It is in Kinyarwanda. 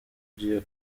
ugiye